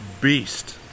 beast